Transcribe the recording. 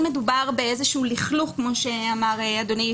אם מדובר באיזשהו "לכלוך" כמו שאמר אדוני,